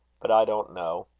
but i don't know.